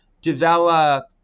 develop